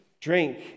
drink